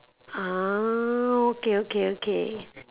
ah okay okay okay